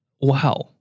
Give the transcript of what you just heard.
wow